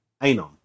Anon